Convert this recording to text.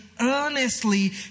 earnestly